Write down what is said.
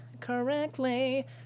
correctly